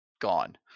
gone